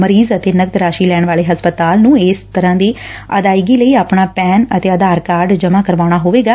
ਮਰੀਜ਼ ਅਤੇ ਨਕਦ ਰਾਸ਼ੀ ਲੈਣ ਵਾਲੇ ਹਸਪਤਾਲ ਨੂੰ ਇਸ ਤਰੂਾ ਦੀ ਅਦਾਇਗੀ ਲਈ ਆਪਣਾ ਪੈਨ ਅਤੇ ਆਧਾਰ ਕਾਰਡ ਜਮਾ ਕਰਾਉਣਾ ਹੋਵੇਗਾ